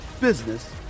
business